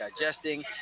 digesting